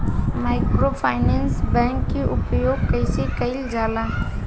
Microfinance bank के उपयोग कइसे कइल जाला?